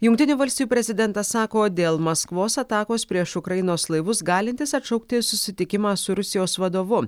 jungtinių valstijų prezidentas sako dėl maskvos atakos prieš ukrainos laivus galintis atšaukti susitikimą su rusijos vadovu